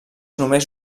només